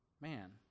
man